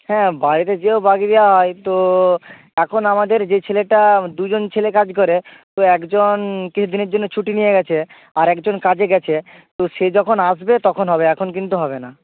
হ্যাঁ বাড়িতে যেয়েও বাগিয়ে দেওয়া হয় তো এখন আমাদের যে ছেলেটা দুজন ছেলে কাজ করে তো একজন কিছুদিনের জন্য ছুটি নিয়ে গেছে আর একজন কাজে গেছে তো সে যখন আসবে তখন হবে এখন কিন্তু হবে না